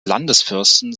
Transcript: landesfürsten